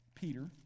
Peter